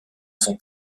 sont